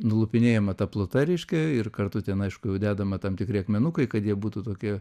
nulupinėjama ta pluta reiškia ir kartu ten aišku jau dedama tam tikri akmenukai kad jie būtų tokie